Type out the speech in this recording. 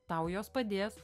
tau jos padės